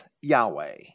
Yahweh